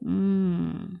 mm